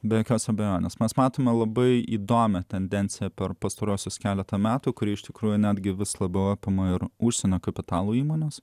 be jokios abejonės mes matome labai įdomią tendenciją per pastaruosius keletą metų kuri iš tikrųjų netgi vis labiau apima ir užsienio kapitalo įmones